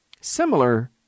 similar